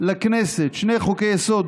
לכנסת שני חוקי-יסוד,